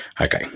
Okay